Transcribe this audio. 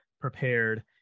prepared